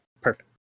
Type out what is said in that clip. Perfect